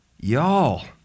y'all